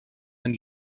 ein